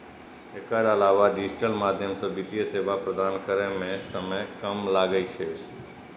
एकर अलावा डिजिटल माध्यम सं वित्तीय सेवा प्रदान करै मे समय कम लागै छै